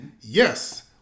Yes